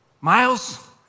Miles